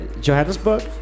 Johannesburg